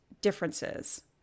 differences